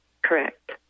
Correct